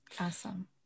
Awesome